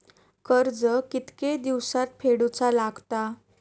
कर्ज कितके दिवसात फेडूचा लागता?